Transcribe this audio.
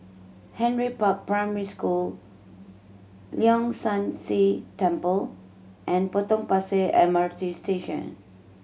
Henry Park Primary School Leong San See Temple and Potong Pasir M R T Station